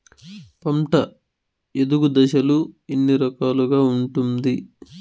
పంట ఎదుగు దశలు ఎన్ని రకాలుగా ఉంటుంది?